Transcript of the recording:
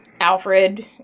Alfred